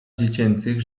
dziecięcych